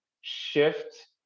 shift